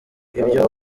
ibyo